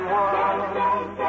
one